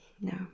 No